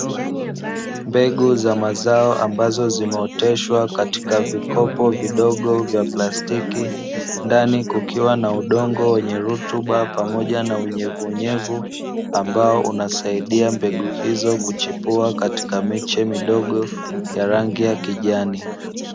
Mbegu za mazao ambazo zimeoteshwa katika vikopo vidogo vya plastiki, ndani kukiwa na udongo wenye rutuba pamoja na unyevuunyevu, ambao unasaidia mbegu hizo kuchipua katika miche midogo ya rangi ya kijani.